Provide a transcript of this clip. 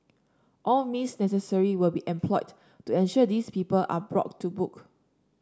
all means necessary will be employed to ensure these people are brought to book